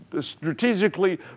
strategically